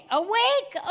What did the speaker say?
awake